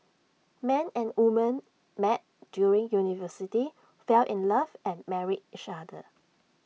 man and woman met during university fell in love and married each other